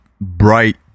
bright